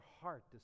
heart